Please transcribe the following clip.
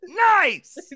nice